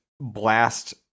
blast